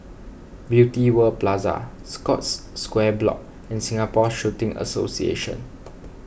Beauty World Plaza Scotts Square Block and Singapore Shooting Association